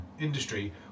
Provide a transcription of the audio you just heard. industry